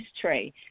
tray